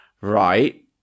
right